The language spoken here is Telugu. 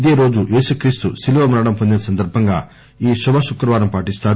ఇదేరోజు యేసుక్రీస్తు శిలువ మరణం పొందిన సందర్బంగా ఈ శుభ శుక్రవారం పాటిస్తారు